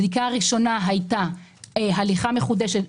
הבדיקה הראשונה הייתה הליכה מחודשת,